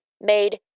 made